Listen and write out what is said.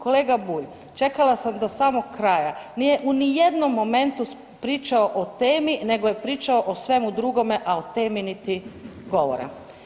Kolega Bulj, čekala sam do samog kraja, nije u nijednom momentu pričao o temi nego je pričao o svemu drugome a o temi niti govora.